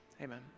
amen